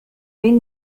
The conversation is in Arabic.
بين